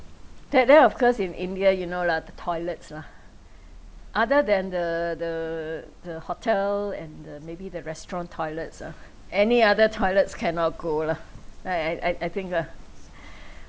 that day of course in india you know lah the toilets lah other than the the the hotel and the maybe the restaurant toilets ah any other toilets cannot go lah I I I I think ah